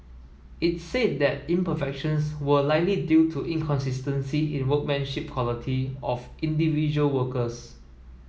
it said that imperfections were likely due to inconsistency in workmanship quality of individual workers